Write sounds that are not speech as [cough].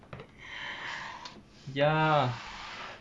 [breath] ya